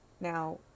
Now